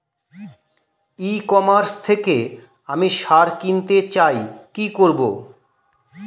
ই commerce থেকে আমি সার কিনতে চাই কি করব?